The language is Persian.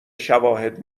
شواهد